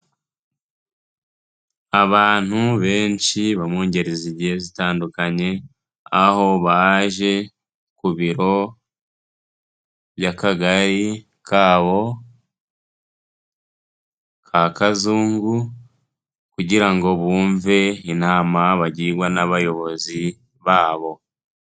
Abantu benshi bo mu ngeri zigiye zitandukanye, aho baje ku biro by'akagari kabo ka Kazungu kugira ngo bumve inama bagirwa n'abayobozi babo.